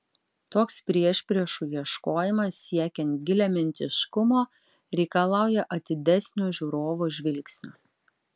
toks priešpriešų ieškojimas siekiant giliamintiškumo reikalauja atidesnio žiūrovo žvilgsnio